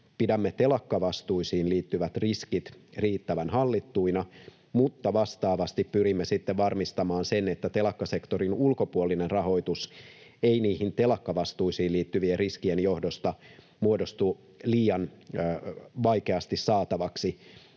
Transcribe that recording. pidämme telakkavastuisiin liittyvät riskit riittävän hallittuina, mutta vastaavasti pyrimme sitten varmistamaan sen, että telakkasektorin ulkopuolinen rahoitus ei niihin telakkavastuisiin liittyvien riskien johdosta muodostu liian vaikeasti saatavaksi,